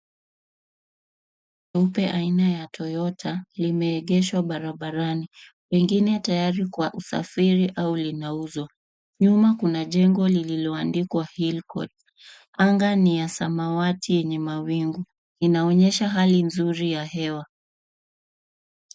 Gari nyeupe aina ya Toyota limeegeshwa barabarani pengine tayari kwa usafiri au linauzwa nyuma kuna jengo lililoandikwa hill court anga ni ya samawati yenye mawingu inaonyesha hali nzuri ya hewa.